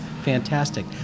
fantastic